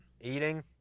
eating